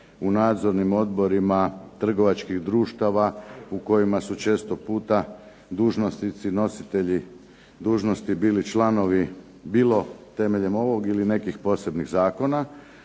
u nadzornim odborima trgovačkih društava u kojima su često puta dužnosnici nositelji dužnosti bili članovi bilo temeljem ovog ili nekih posebnih zakona,